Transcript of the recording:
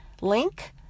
link